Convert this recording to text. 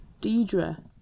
Deidre